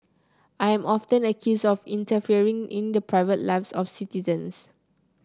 I am often accused of interfering in the private lives of citizens